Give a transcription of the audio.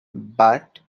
but